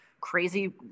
crazy